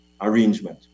arrangement